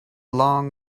long